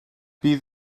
bydd